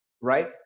right